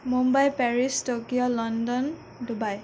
Mumbai Paris Tokyo London Dubai